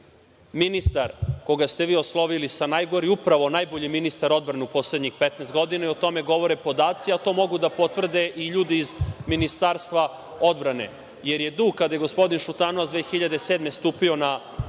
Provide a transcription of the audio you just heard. ministar, koga ste vi oslovili sa najgori, upravo najbolji ministar odbrane u poslednjih 15 godina i o tome govore podaci, a to mogu da potvrde i ljudi iz Ministarstva odbrane, jer je dug kada je gospodin Šutanovac 2007. godine